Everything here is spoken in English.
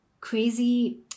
crazy